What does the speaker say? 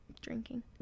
drinking